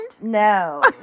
no